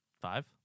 five